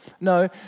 No